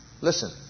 Listen